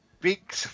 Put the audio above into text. big